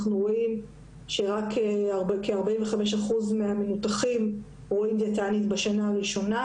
רואים שרק כ-45 אחוז מהמנותחים רואים דיאטנית בשנה הראשונה,